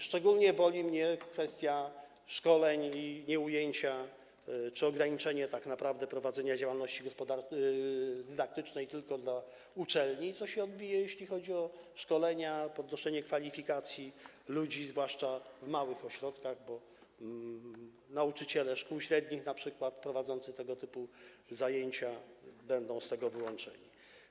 Szczególnie boli mnie kwestia szkoleń i nieujęcie czy ograniczenie tak naprawdę prowadzenia działalności dydaktycznej tylko do uczelni, co się odbije, jeśli chodzi o szkolenia, podnoszenie kwalifikacji ludzi zwłaszcza w małych ośrodkach, bo np. nauczyciele szkół średnich prowadzący tego typu zajęcia będą z tego wyłączeni.